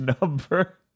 number